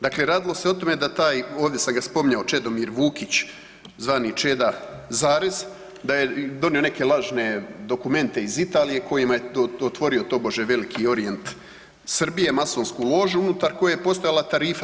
Dakle, radilo se o tome da taj, ovdje sam ga spominjao Čedomir Vukić zvani Čeda zarez, da je donio neke lažne dokumente iz Italije kojima je otvorio tobože veliki orijent Srbije, masonsku ložu unutar koje je postojala tarifa.